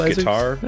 guitar